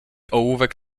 ołówek